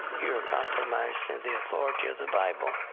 you're compromising the authority of the bible,